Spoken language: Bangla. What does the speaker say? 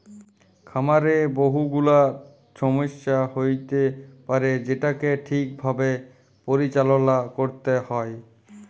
খামারে বহু গুলা ছমস্যা হ্য়য়তে পারে যেটাকে ঠিক ভাবে পরিচাললা ক্যরতে হ্যয়